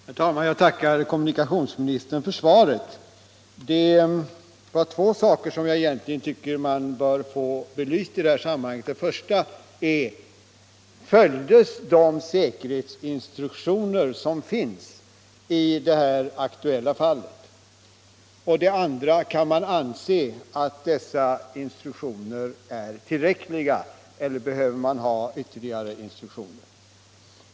Herr talman! Jag tackar kommunikationsministern för svaret. Det är egentligen två frågor som jag tycker bör belysas i detta sammanhang. Den första är: Följdes gällande säkerhetsinstruktioner i det aktuella fallet? Den andra är: Kan man anse att dessa instruktioner är tillräckliga eller behövs det ytterligare instruktioner?